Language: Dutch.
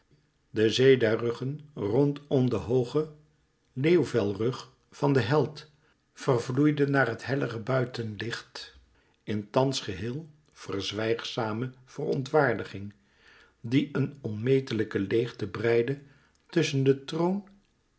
de zee der ruggen rondom den hoogen leeuwvelrug van den held vervloeide naar het hellere buitenlicht in thans geheel verzwijgzaamde verontwaardiging die een onmetelijke leêgte breidde tusschen den troon